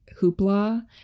hoopla